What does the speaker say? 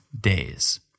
days